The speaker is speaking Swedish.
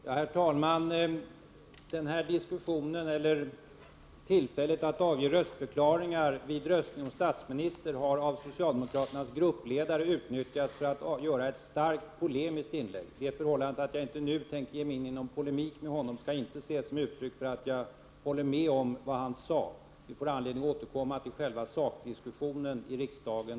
Herr talman! Detta tillfälle att avge röstförklaringar vid omröstning om ny statsminister har av socialdemokraternas gruppledare utnyttjats till att göra ett starkt polemiskt inlägg. Det förhållandet att jag inte nu tänker ge mig in i polemik med honom skall inte ses som ett uttryck för att jag håller med om vad han sade. Vi får i riksdagen den 7 mars anledning att återkomma till själva sakdiskussionen.